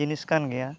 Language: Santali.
ᱡᱤᱱᱤᱥ ᱟᱱᱜᱮᱭᱟ